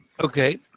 Okay